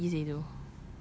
tak menjadi seh tu